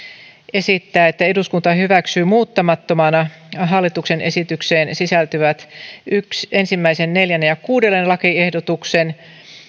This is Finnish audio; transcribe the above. esittää että eduskunta hyväksyy muuttamattomana hallituksen esitykseen sisältyvät yksi neljäs ja kuudennen lakiehdotuksen